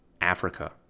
Africa